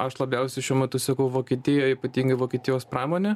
aš labiausiai šiuo metu seku vokietijoj ypatingai vokietijos pramonę